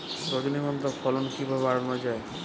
রজনীগন্ধা ফলন কিভাবে বাড়ানো যায়?